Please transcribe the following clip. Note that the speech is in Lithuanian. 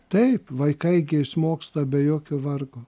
taip vaikai išmoksta be jokio vargo